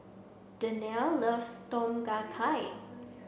Danelle loves Tom Kha Gai